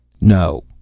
No